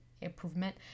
Improvement